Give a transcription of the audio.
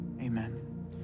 amen